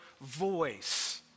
voice